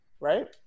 right